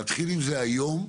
להתחיל עם זה היום,